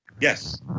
Yes